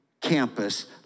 campus